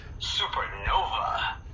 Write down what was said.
Supernova